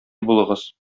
булыгыз